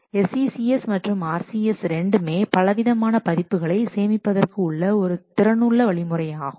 SCCS மற்றும் RCS இரண்டுமே பலவிதமான பதிப்புகளை சேமிப்பதற்கு உள்ள ஒரு திறனுள்ள வழிமுறையாகும்